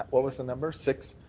what was the number, six,